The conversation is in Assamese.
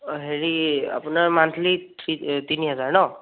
অ হেৰি আপোনাৰ মান্থলি থি তিনি হেজাৰ ন'